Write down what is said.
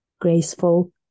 graceful